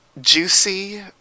Juicy